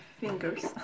fingers